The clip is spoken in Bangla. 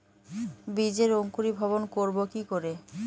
বীজের অঙ্কুরিভবন করব কি করে?